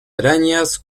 arañas